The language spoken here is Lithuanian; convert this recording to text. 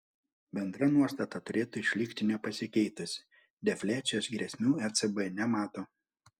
bendra nuostata turėtų išlikti nepasikeitusi defliacijos grėsmių ecb nemato